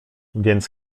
więc